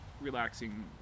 relaxing